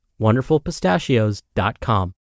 wonderfulpistachios.com